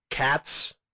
Cats